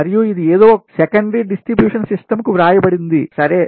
మరియు ఇది ఏదో ద్వితీయ పంపిణీ వ్యవస్థకు వ్రాయబడింది సరే